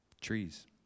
trees